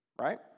Right